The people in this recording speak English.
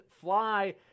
fly